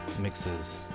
mixes